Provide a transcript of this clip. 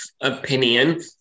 opinion